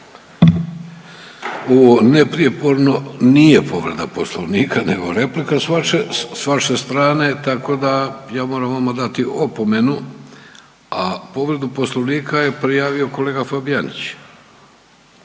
neprijeporno nije povreda Poslovnika nego replika s vaše strane tako da ja moram vama dati opomenu, a povredu Poslovnika je prijavio kolega Fabijanić.